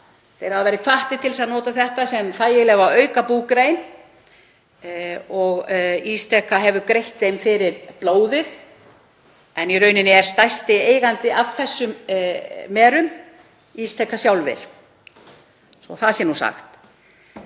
Þeir hafa verið hvattir til þess að nota þetta sem þægilega aukabúgrein og Ísteka hefur greitt þeim fyrir blóðið. En í rauninni er stærsti eigandinn að þessum merum Ísteka sjálfir, svo að það sé nú sagt.